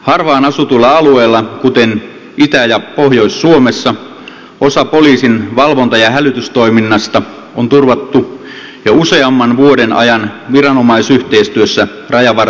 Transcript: harvaan asutulla alueella kuten itä ja pohjois suomessa osa poliisin valvonta ja hälytystoiminnasta on turvattu jo useamman vuoden ajan viranomaisyhteistyössä rajavar tiolaitoksen kanssa